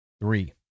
three